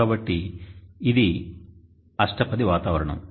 కాబట్టి ఇది అష్టపది వాతావరణం